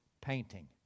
painting